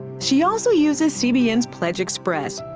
she also uses cbn's pledge express.